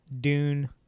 Dune